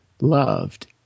loved